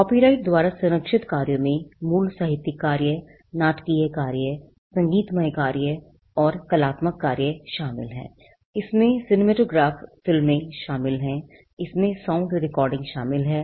copyright द्वारा संरक्षित कार्यों में मूल साहित्यिक कार्य नाटकीय कार्य संगीतमय कार्य और कलात्मक कार्य शामिल हैं इसमें सिनेमैटोग्राफ फिल्में शामिल हैं इसमें sound रिकॉर्डिंग शामिल हैं